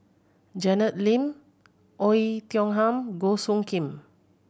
Janet Lim Oei Tiong Ham Goh Soo Khim